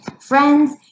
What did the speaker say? Friends